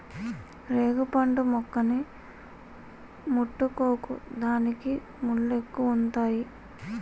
రేగుపండు మొక్కని ముట్టుకోకు దానికి ముల్లెక్కువుంతాయి